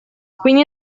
quindi